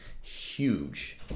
huge